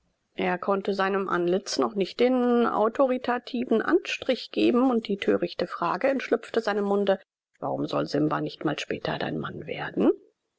er konnte seinem antlitz noch nicht den autoritativen anstrich geben und die törichte frage entschlüpfte seinem munde warum soll simba nicht mal später dein mann werden